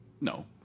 No